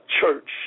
church